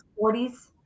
40s